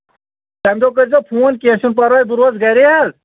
تَمہِ دۄہ کٔرۍزیو فون کیٚنٛہہ چھُنہٕ پَرواے بہٕ روزٕ گریے حظ